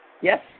Yes